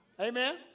Amen